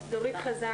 כן?